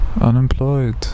unemployed